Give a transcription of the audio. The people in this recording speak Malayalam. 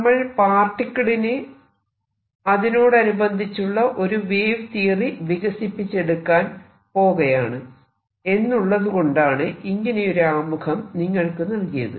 നമ്മൾ പാർട്ടിക്കിളിന് അതിനോടനുബന്ധിച്ചുള്ള ഒരു വേവ് തിയറി വികസിപ്പിച്ചെടുക്കാൻ പോകയാണ് എന്നുള്ളതുകൊണ്ടാണ് ഇങ്ങനെയൊരു ആമുഖം നിങ്ങൾക്ക് നൽകിയത്